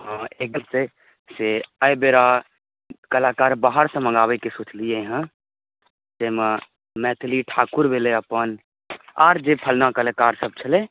हँ एकदम से एहि बेरा कलाकार बाहरसँ मङ्गाबयके सोचलियै हेँ ताहिमे मैथिली ठाकुर भेलै अपन आओर जे फल्लाँ कलाकारसभ छलै